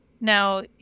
Now